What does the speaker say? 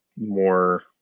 more